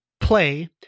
play